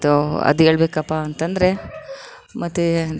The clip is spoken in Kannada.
ಅದೂ ಅದು ಹೇಳ್ಬೇಕಪ್ಪ ಅಂತಂದರೆ ಮತ್ತು